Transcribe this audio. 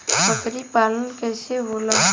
बकरी पालन कैसे होला?